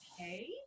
okay